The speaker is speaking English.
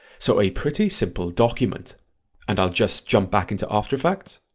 so a pretty simple document and i'll just jump back into after effects.